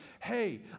hey